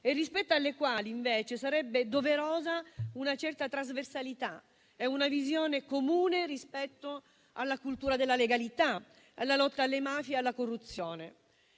e rispetto alle quali invece sarebbe doverosa una certa trasversalità e una visione comune, rispetto alla cultura della legalità, alla lotta alle mafie e alla corruzione.